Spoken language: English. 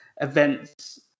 events